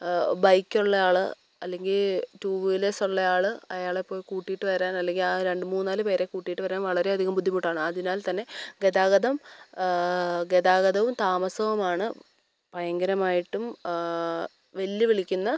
ബൈക്കുള്ള ആൾ അല്ലെങ്കിൽ ടു വീലേഴ്സുള്ള ആൾ അയാളെ പോയി കൂട്ടിയിട്ട് വരാൻ അല്ലെങ്കിൽ ആ രണ്ട് മൂന്ന് നാല് പേരെ കൂട്ടിയിട്ട് വരാൻ വളരെ അധികം ബുദ്ധിമുട്ടാണ് അതിനാൽ തന്നെ ഗതാഗതം ഗതാഗതവും താമസവുമാണ് ഭയങ്കരമായിട്ടും വെല്ലു വിളിക്കുന്ന